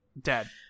dead